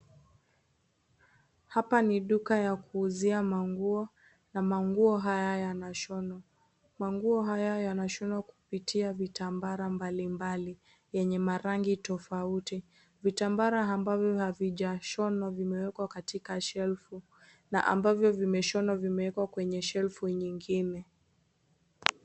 Hapa ni duka ya kuuzia manguo na manguo haya yanashonwa. Manguo haya yanashonwa kupitia vitambara mbali mbali yenye rangi tofauti. Vitambara ambavyo havijashonwa vimewekwa katika shelfu na ambavyo vimeshonwa vimewekwa kwenye shelfu nyingine.